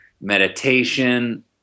meditation